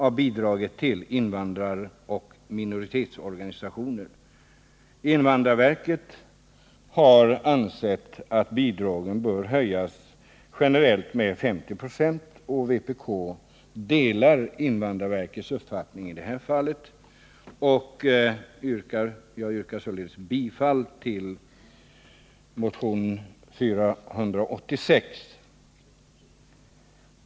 av bidraget till invandraroch minoritetsorganisationer. Invandrarverket har ansett att bidragen bör höjas generellt med 50 96. Vpk delar invandrarverkets uppfattning i det fallet, och jag yrkar således bifall till motion nr 486.